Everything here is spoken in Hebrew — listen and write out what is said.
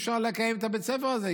אי-אפשר לקיים את בית הספר הזה,